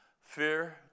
fear